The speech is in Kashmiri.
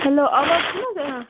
ہیٚلو آواز چھِ نہ حظ ایوان